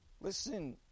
Listen